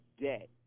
debt